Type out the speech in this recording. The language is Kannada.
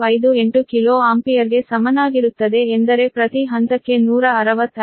1658 ಕಿಲೋ ಆಂಪಿಯರ್ಗೆ ಸಮನಾಗಿರುತ್ತದೆ ಎಂದರೆ ಪ್ರತಿ ಹಂತಕ್ಕೆ 165